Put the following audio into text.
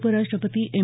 उपराष्ट्रपती एम